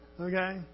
Okay